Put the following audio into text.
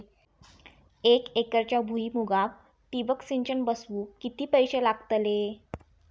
एक एकरच्या भुईमुगाक ठिबक सिंचन बसवूक किती पैशे लागतले?